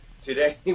today